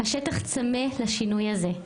השטח צמא לשינוי הזה.